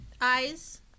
Eyes